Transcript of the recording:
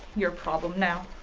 your problem now.